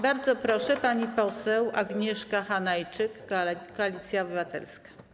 Bardzo proszę, pani poseł Agnieszka Hanajczyk, Koalicja Obywatelska.